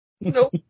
Nope